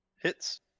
Hits